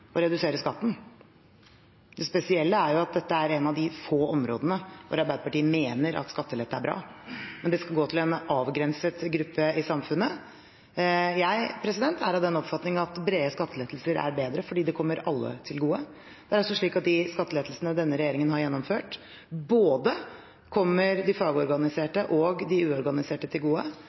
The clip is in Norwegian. redusere skatten. Det spesielle er at dette er et av de få områdene der Arbeiderpartiet mener at skattelette er bra – men det skal altså gå til en avgrenset gruppe i samfunnet. Jeg er av den oppfatning at brede skattelettelser er bedre fordi det kommer alle til gode. De skattelettelsene denne regjeringen har gjennomført, kommer både de fagorganiserte og de uorganiserte til gode,